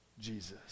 Jesus